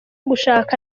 gushaka